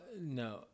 No